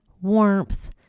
warmth